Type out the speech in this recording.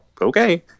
okay